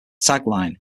tagline